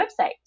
website